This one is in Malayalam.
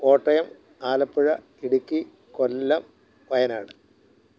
കോട്ടയം ആലപ്പുഴ ഇടുക്കി കൊല്ലം വയനാട്